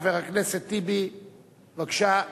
חבר הכנסת טיבי, בבקשה.